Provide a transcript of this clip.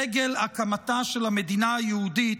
דגל הקמתה של המדינה היהודית,